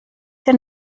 denn